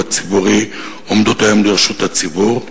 הציבורי עומדות היום לרשות ציבור הזכאים,